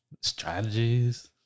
strategies